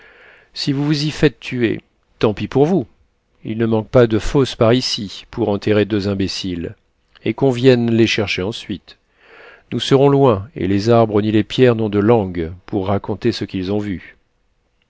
si vous vous y faites tuer tant pis pour vous il ne manque pas de fosses par ici pour enterrer deux imbéciles et qu'on vienne les chercher ensuite nous serons loin et les arbres ni les pierres n'ont de langue pour raconter ce qu'ils ont vu